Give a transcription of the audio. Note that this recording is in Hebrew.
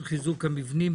של חיזוק המבנים,